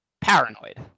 paranoid